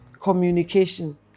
Communication